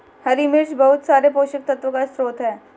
हरी मिर्च बहुत सारे पोषक तत्वों का स्रोत है